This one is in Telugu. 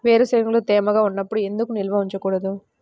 వేరుశనగలు తేమగా ఉన్నప్పుడు ఎందుకు నిల్వ ఉంచకూడదు?